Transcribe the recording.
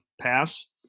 pass